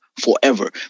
forever